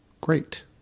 Great